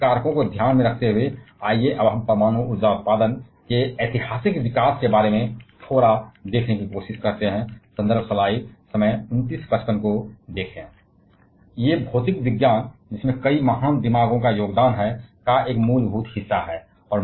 इसलिए इस कारकों को ध्यान में रखते हुए आइए अब हम परमाणु ऊर्जा उत्पादन के ऐतिहासिक विकास के बारे में थोड़ा देखने की कोशिश करें ये भौतिक विज्ञान का एक मूलभूत हिस्सा हैं इसमें कई महान दिमागों का योगदान है